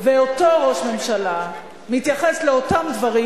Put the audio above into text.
ואותו ראש ממשלה מתייחס לאותם דברים